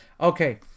okay